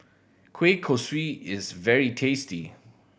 kueh kosui is very tasty